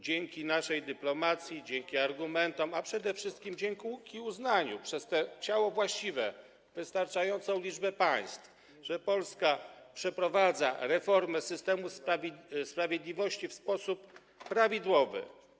Dzięki naszej dyplomacji, dzięki argumentom, a przede wszystkim dzięki uznaniu przez to ciało właściwe, wystarczającą liczbę państw, że Polska przeprowadza reformę systemu sprawiedliwości w sposób prawidłowy.